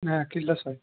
ନା କିଲ ଶହେ